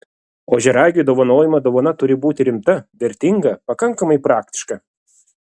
ožiaragiui dovanojama dovana turi būti rimta vertinga pakankamai praktiška